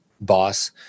boss